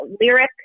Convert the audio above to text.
lyric